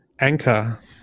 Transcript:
anchor